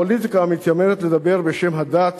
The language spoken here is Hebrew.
הפוליטיקה המתיימרת לדבר בשם הדת